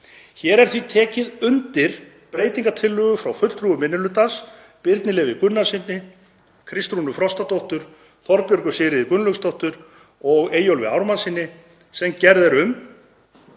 Hér er því tekið undir breytingartillögu frá fulltrúum minni hlutans, Birni Leví Gunnarssyni, Kristrúnu Frostadóttur, Þorbjörgu Sigríði Gunnlaugsdóttur og Eyjólfi Ármannssyni, sem er gerð um